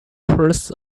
first